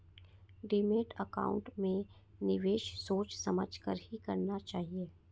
demat account में निवेश सोच समझ कर ही करना चाहिए